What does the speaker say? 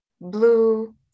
blue